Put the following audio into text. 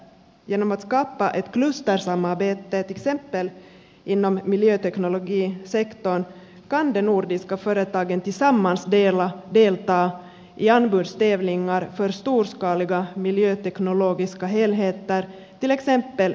genom att skapa ett klustersamarbete till exempel inom miljöteknologisektorn kan de nordiska företagen tillsammans delta i anbudstävlingar för storskaliga miljöteknologiska helheter till exempel miljöteknologi till asiatiska städer